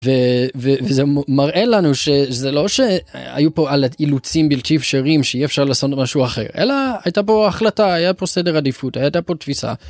וזה מראה לנו שזה לא שהיו פה אילוצים בלתי אפשרים שאי אפשר לעשות משהו אחר אלא הייתה פה החלטה היה פה סדר עדיפות הייתה פה תפיסה.